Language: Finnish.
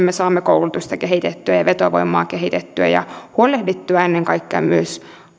me saamme koulutusta kehitettyä ja ja vetovoimaa kehitettyä ja huolehdittua ennen kaikkea myös